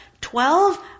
Twelve